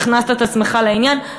הכנסת את עצמך לעניין,